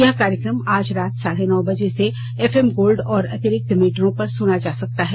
यह कार्यक्रम आज रात साढे नौ बजे से एफएम गोल्ड और अतिरिक्त मीटरों पर सुना जा सकता है